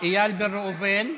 איל בן ראובן,